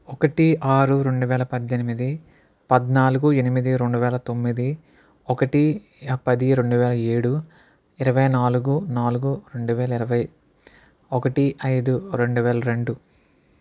ఒకటి ఆరు రెండువేల పద్దెనిమిది పద్నాలుగు ఎనిమిది రెండువేల తొమ్మిది ఒకటి పది రెండువేల ఏడు ఇరవై నాలుగు నాలుగు రెండువేల ఇరవై ఒకటి అయిదు రెండు వేల రెండు